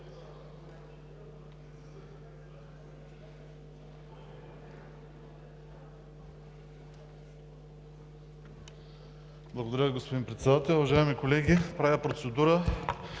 Благодаря Ви, господин Председател. Уважаеми колеги, правя процедура